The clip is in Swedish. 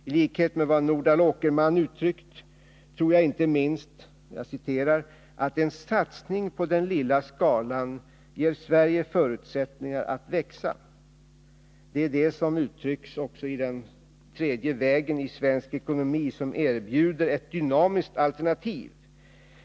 I likhet med vad Nordal Åkerman uttryckt tror jag att inte minst ”en satsning på den lilla skalan ger Sverige förutsättningar att växa”. Det är detta som uttrycks också i Den tredje vägen i svensk ekonomi, som erbjuder ett dynamiskt alternativ.